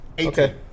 Okay